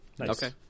Okay